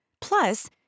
Plus